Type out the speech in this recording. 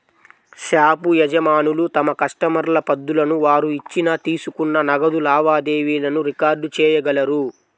shop యజమానులు తమ కస్టమర్ల పద్దులను, వారు ఇచ్చిన, తీసుకున్న నగదు లావాదేవీలను రికార్డ్ చేయగలరు